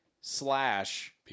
slash